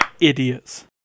idiots